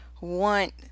want